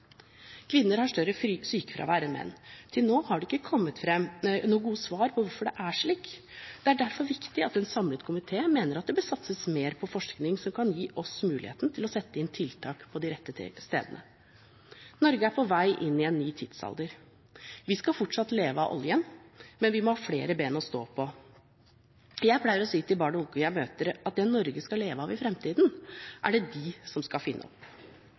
Kvinner har større sykefravær enn menn. Til nå har det ikke kommet gode svar på hvorfor det er slik. Det er derfor viktig at en samlet komité mener at det bør satses mer på forskning som kan gi oss muligheten til å sette inn tiltak på de rette stedene. Norge er på vei inn i en ny tidsalder. Vi skal fortsatt leve av oljen, men vi må ha flere ben å stå på. Jeg pleier å si til barn og unge jeg møter, at det Norge skal leve av i fremtiden, er det de som skal finne opp.